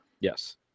Yes